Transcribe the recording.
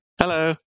hello